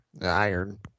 iron